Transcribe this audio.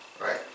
right